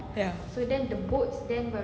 ya